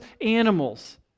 animals